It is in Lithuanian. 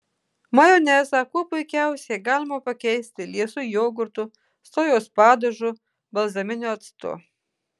majonezą kuo puikiausiai galima pakeisti liesu jogurtu sojos padažu balzaminiu actu